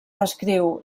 descriu